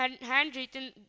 handwritten